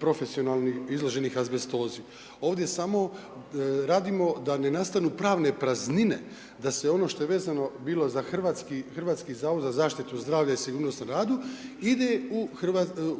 profesionalnih izloženih azbestozi. Ovdje samo radimo da ne nastanu pravne praznine, da se ono što je vezano bilo za Hrvatski zavod za zaštitu zdravlja i sigurnost na radu ide u